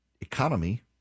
economy